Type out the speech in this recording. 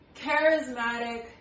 charismatic